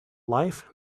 life